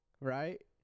Right